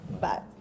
Bye